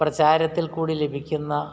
പ്രചാരത്തിൽ കൂടി ലഭിക്കുന്ന